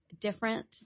different